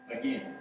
again